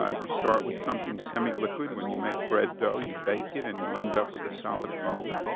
ah you start with something semi-liquid when you make bread dough, you bake it and you end up with a solid foam.